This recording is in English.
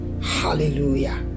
Hallelujah